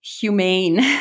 humane